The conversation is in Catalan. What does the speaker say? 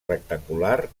rectangular